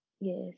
yes